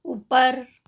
ऊपर